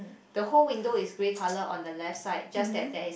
the whole window is grey color on the left side just that there is